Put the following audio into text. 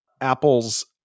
Apple's